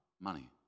money